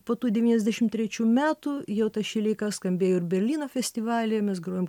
po tų devyniasdešim trečių metų jo ta šileika skambėjo ir berlyno festivalyje mes grojom